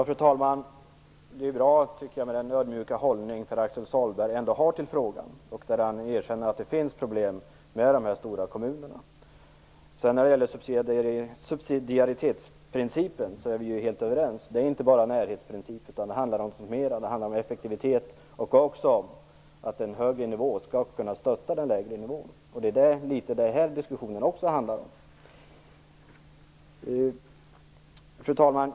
Fru talman! Det är bra med den ödmjuka hållning som Pär-Axel Sahlberg ändå har till frågan. Han erkänner att det finns problem med de stora kommunerna. När det gäller subsidiaritetsprincipen är vi helt överens. Det är inte bara en närhetsprincip, utan det handlar också om effektivitet och om att den högre nivån skall kunna stötta den lägre. Den här diskussionen handlar också litet grand om det. Fru talman!